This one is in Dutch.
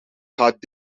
gaat